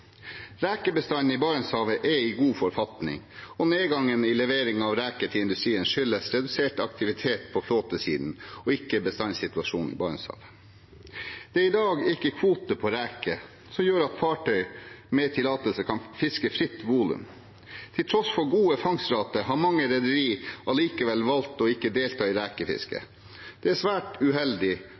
Rekebestanden i Barentshavet er i god forfatning, og nedgangen i levering av reker til industrien skyldes redusert aktivitet på flåtesiden og ikke bestandssituasjonen i Barentshavet. Det er i dag ikke kvoter på reker, som gjør at fartøy med tillatelse kan fiske fritt volum. Til tross for gode fangstrater har mange rederier likevel valgt å ikke delta i rekefisket. Det er svært uheldig,